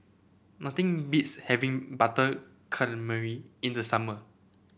nothing beats having Butter Calamari in the summer